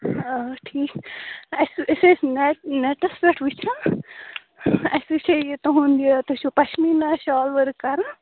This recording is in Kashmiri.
آ ٹھیٖک اَسہِ أسۍ ٲسۍ نیٚٹَس پیٚٹھ وچھان اسہ وچھے یہ تُہُنٛد یہ تُہۍ چھو پشمیٖنا شال ؤرک کران